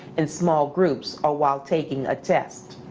in small groups, or while taking a test.